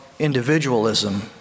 individualism